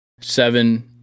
seven